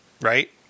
Right